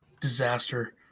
Disaster